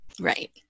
Right